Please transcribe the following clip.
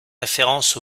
référence